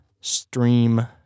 stream